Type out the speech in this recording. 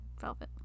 velvet